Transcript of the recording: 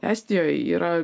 estijoj yra